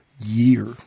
year